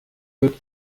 wird